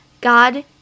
God